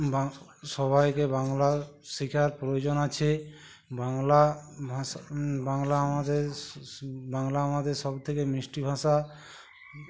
বা সবাইকে বাংলা শেখার প্রয়োজন আছে বাংলা ভাষা বাংলা আমাদের সোসু বাংলা আমাদের সব থেকে মিষ্টি ভাষা